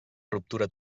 ruptura